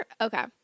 Okay